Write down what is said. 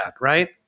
right